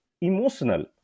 emotional